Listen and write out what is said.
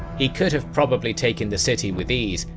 he could have probably taken the city with ease,